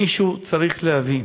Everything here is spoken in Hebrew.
מישהו צריך להבין